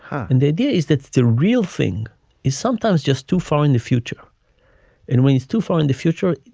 and the idea is that the real thing is sometimes just to find the future in ways to find the future,